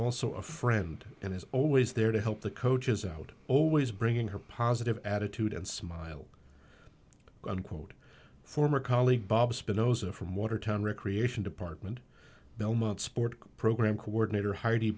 also a friend and is always there to help the coaches out always bringing her positive attitude and smiled unquote former colleague bob spinoza from watertown recreation department belmont sport program coordinator h